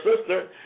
sister